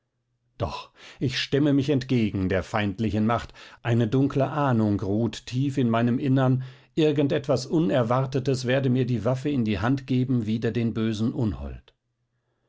doch ich stemme mich entgegen der feindlichen macht eine dunkle ahnung ruht tief in meinem innern irgend etwas unerwartetes werde mir die waffe in die hand geben wider den bösen unhold